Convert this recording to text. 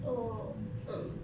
orh um